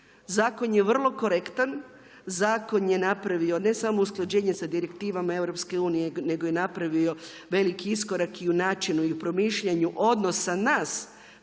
Zakon je vrlo korektan. Zakon je napravio, ne samo usklađenje sa direktivnima EU, nego je napravio veliki iskorak i u načinu i u promišljanju odnosa nas